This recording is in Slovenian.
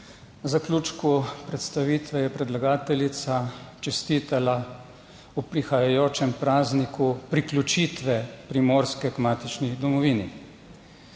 ob zaključku predstavitve je predlagateljica čestitala ob prihajajočem prazniku priključitve Primorske k matični domovini.